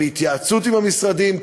בהתייעצות עם המשרדים,